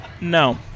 No